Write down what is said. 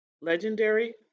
Legendary